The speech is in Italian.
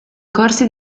corsi